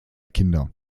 kinder